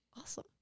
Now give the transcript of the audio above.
Awesome